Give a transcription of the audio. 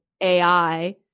AI